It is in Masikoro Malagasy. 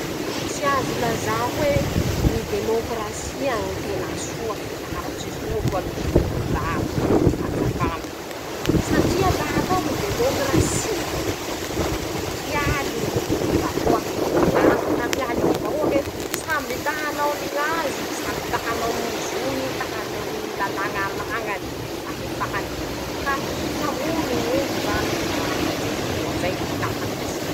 <...>Tsy azo lazà hoe ñy demôkrasia ñy tena soa fitaratsy soa aminy ñy fitondrà, aminy ñy fanjakana, satria la hatao ñy demôkrasia hialy ñ ñy vahoake ñ'antone hampialy ñy vahoake:samby ta hanao aniñazy, samby hanao ñy zony, ta haneho ñy lalàña anañany, ñy fahefany, ka hifamono ñ'olo zany, amin'izay fotoa zay laha misy ñy demôkrasy.